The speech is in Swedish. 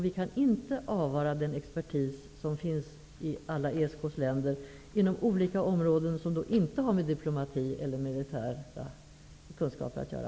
Vi kan inte avvara den expertis som finns på olika områden i ESK-länderna. Men det har då inte med diplomati eller militära kunskaper att göra.